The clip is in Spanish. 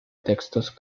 textos